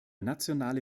nationale